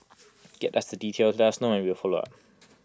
get the details let us know and we will follow up